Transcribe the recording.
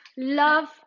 love